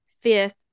fifth